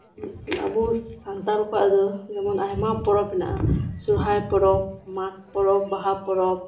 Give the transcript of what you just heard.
ᱟᱵᱚ ᱥᱟᱱᱛᱟᱞ ᱠᱚᱣᱟᱜ ᱫᱚ ᱡᱮᱢᱚᱱ ᱟᱭᱢᱟ ᱯᱚᱨᱚᱵᱽ ᱦᱮᱱᱟᱜᱼᱟ ᱥᱚᱦᱨᱟᱭ ᱯᱚᱨᱚᱵᱽ ᱢᱟᱜᱽ ᱯᱚᱨᱚᱵᱽ ᱵᱟᱦᱟ ᱯᱚᱨᱚᱵᱽ